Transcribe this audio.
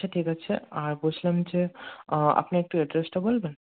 আচ্ছা ঠিক আছে আর বলছিলাম যে আপনি একটু অ্যাড্রেসটা বলবেন